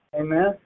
Amen